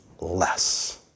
less